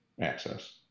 access